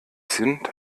sind